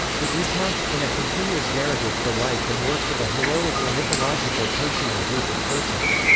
it recounts, in a continuous narrative, the life and works of a heroic or mythological person or group of persons.